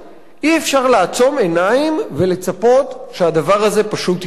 אי-אפשר לעצום עיניים ולצפות שהדבר הזה פשוט ייעלם.